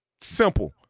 Simple